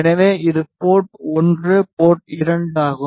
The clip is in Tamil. எனவே இது போர்ட் 1 போர்ட் 2 ஆகும்